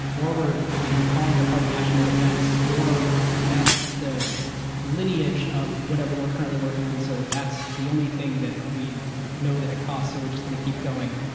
we're you know calling it a part of national defense, or that's the lineage of whatever we're currently working on. so that's the only thing that we know that it costs so we're just going to keep going.